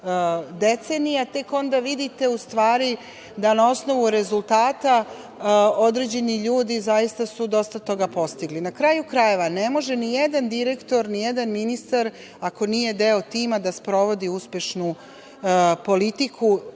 decenija, tek onda vidite, u stvari, da na osnovu rezultata određeni ljudi zaista su dosta toga postigli. Na kraju krajeva, ne može ni jedan direktor, ni jedan ministar, ako nije deo tima da sprovodi uspešnu politiku